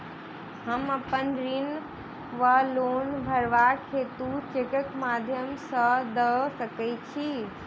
हम अप्पन ऋण वा लोन भरबाक हेतु चेकक माध्यम सँ दऽ सकै छी?